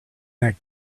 that